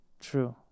true